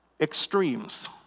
extremes